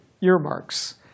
earmarks